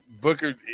Booker